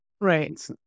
Right